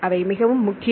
அவை மிகவும் முக்கியம்